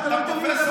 אתה פרופסור?